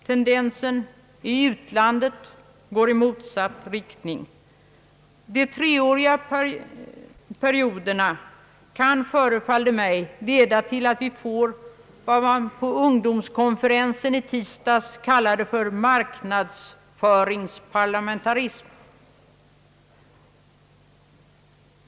Tendensen i utlandet går i motsatt riktning. De treåriga perioderna kan, förefaller det mig, leda till att vi får vad man på ungdomskonferensen i tisdags kallade för »marknadsföringsparlamentarism».